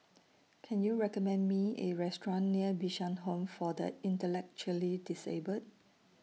Can YOU recommend Me A Restaurant near Bishan Home For The Intellectually Disabled